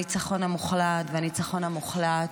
הניצחון המוחלט והניצחון המוחלט.